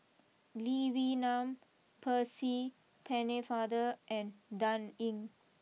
Lee Wee Nam Percy Pennefather and Dan Ying